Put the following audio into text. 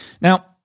Now